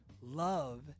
love